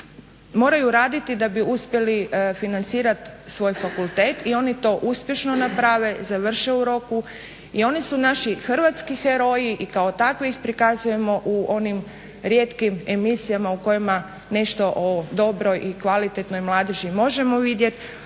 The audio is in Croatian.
moraju raditi da bi uspjeli financirati svoj fakultet i oni to uspješno naprave, završe u roku i oni su naši hrvatski heroji i kao takve ih prikazujemo u onim rijetkim emisijama u kojima nešto o dobroj i kvalitetnoj mladeži možemo vidjeti,